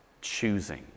choosing